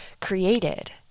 created